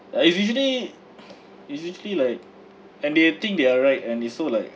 uh if usually it's usually like and they think they are right and they so like